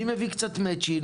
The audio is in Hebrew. מי מביא קצת Matching,